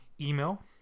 email